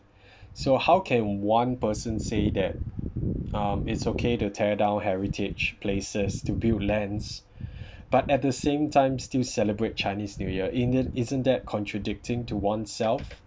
so how can one person say that um it's okay to tear down heritage places to build lands but at the same time still celebrate chinese new year isn't isn't that contradicting to oneself